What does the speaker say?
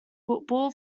football